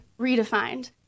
redefined